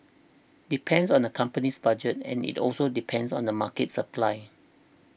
depend on the company's budget and it also depends on the market supply